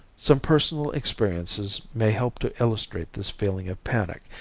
some personal experiences may help to illustrate this feeling of panic,